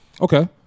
Okay